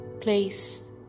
place